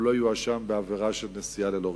והוא לא יואשם בעבירה של נסיעה ללא רשיון.